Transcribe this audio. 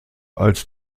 als